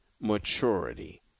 maturity